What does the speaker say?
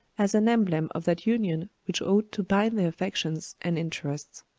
as an emblem of that union which ought to bind their affections and interests.